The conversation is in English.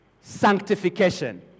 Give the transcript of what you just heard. sanctification